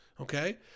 Okay